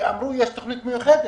כי אמרו שיש תוכנית מיוחדת.